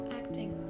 acting